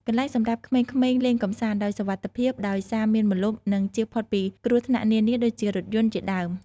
កន្លែងសម្រាប់ក្មេងៗលេងកម្សាន្ត ដោយសុវត្ថិភាព ដោយសារមានម្លប់ និងជៀសផុតពីគ្រោះថ្នាក់នានាដូចជា រថយន្តជាដើម ។